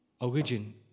origin